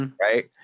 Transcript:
right